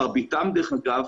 דרך אגב,